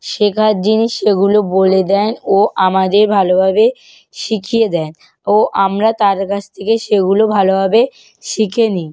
শেখার জিনিস সেগুলো বলে দেন ও আমাদের ভালোভাবে শিখিয়ে দেন ও আমরা তার কাছ থেকে সেগুলো ভালোভাবে শিখে নিই